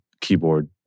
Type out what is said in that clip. keyboard